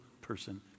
person